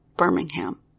Birmingham